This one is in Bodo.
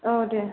औ दे